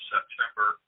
September